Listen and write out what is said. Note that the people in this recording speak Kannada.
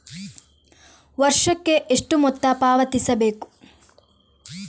ವರ್ಷಕ್ಕೆ ಎಷ್ಟು ಮೊತ್ತ ಪಾವತಿಸಬೇಕು?